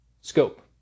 Scope